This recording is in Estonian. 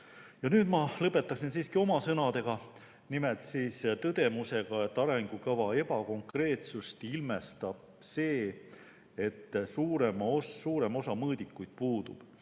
ta. Aga ma lõpetan siiski oma sõnadega, nimelt tõdemusega, et arengukava ebakonkreetsust ilmestab see, et suurem osa mõõdikuid puudub.